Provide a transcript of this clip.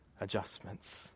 adjustments